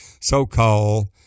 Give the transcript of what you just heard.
so-called